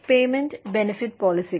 payment benefit പോളിസികൾ